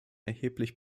erheblich